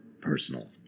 Personal